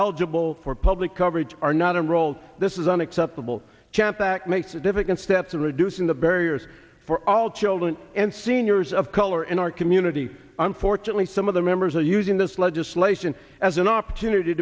eligible for public coverage are not enrolled this is unacceptable jampacked makes it difficult steps of reducing the barriers for all children and seniors of color in our community unfortunately some of the members are using this legislation as an opportunity to